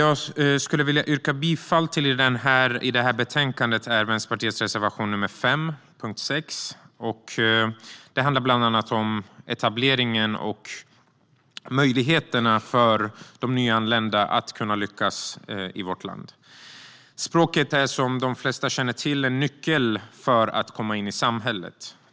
Jag vill yrka bifall till Vänsterpartiets reservation 5 under punkt 6 som bland annat handlar om etableringen och möjligheterna för nyanlända att lyckas i vårt land. Språket är, som de flesta känner till, en nyckel för att komma in i samhället.